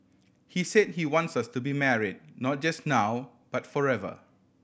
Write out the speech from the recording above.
he said he wants us to be married not just now but forever